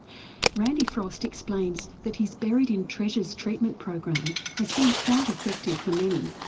randy frost explains that his buried in treasures treatment program has been quite effective for many,